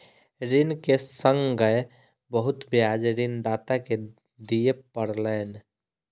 ऋण के संगै बहुत ब्याज ऋणदाता के दिअ पड़लैन